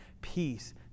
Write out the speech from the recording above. peace